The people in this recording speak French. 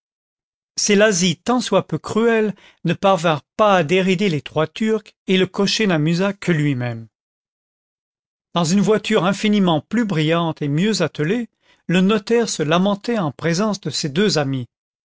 ces lazzi tant soit peu cruels ne parvinrent pas à dérider les trois turcs et le cocher n'amusa que lui-même dans une voiture infiniment plus brillante et mieux attelée le notaire se lamentait en présence de ses deux amis